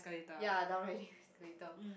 ya downriding escalator